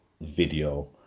video